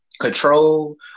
control